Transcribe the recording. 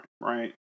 right